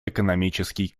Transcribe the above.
экономический